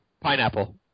pineapple